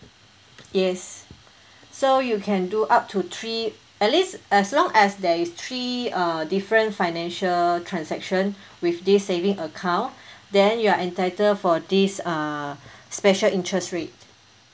yes so you can do up to three at least as long as there is three uh different financial transaction with this saving account then you are entitled for this uh special interest rate